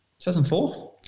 2004